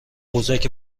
قوزک